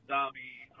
Zombie